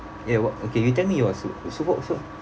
ya wha~ okay you tell me yours so what's so